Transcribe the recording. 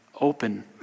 open